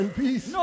peace